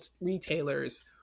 retailers